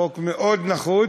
חוק מאוד נחוץ,